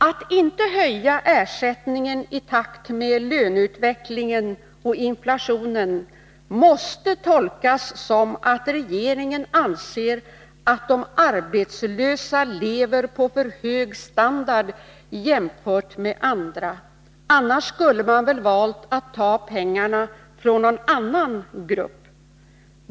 Att man inte höjer ersättningen i takt med löneutvecklingen och inflationen måste tolkas så att regeringen anser att de arbetslösa lever på för hög standard jämfört med andra — annars skulle man väl ha valt att ta pengarna från någon annan grupp.